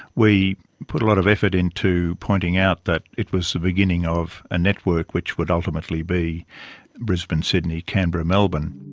we put a lot of effort into pointing out that it was the beginning of a network which would ultimately be brisbane-sydney-canberra-melbourne.